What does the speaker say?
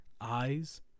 eyes